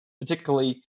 particularly